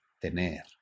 tener